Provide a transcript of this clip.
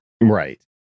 Right